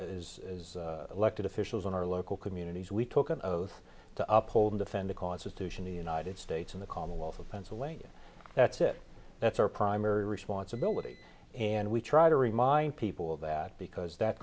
as elected officials in our local communities we took an oath to up hold defend the constitution the united states in the commonwealth of pennsylvania that's it that's our primary responsibility and we try to remind people of that because that